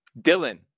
Dylan